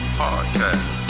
podcast